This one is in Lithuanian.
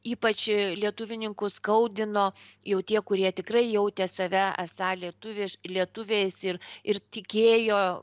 ypač lietuvininkų skaudino jau tie kurie tikrai jautė save esą lietuviš lietuviais ir ir tikėjo